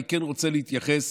אני כן רוצה להתייחס